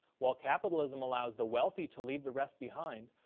while capitalism allows the wealthy to leave the rest behind,